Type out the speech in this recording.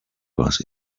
about